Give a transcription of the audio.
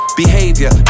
behavior